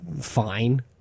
fine